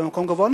במקום גבוה.